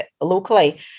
locally